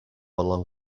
along